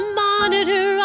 monitor